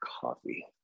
coffee